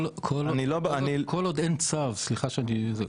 אני מניח שיאסר לא יתנגד שאני אהיה מעורב.